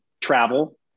Travel